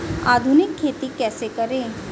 आधुनिक खेती कैसे करें?